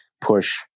push